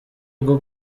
bwo